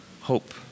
hope